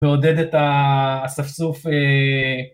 ועודד את האספסוף